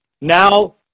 Now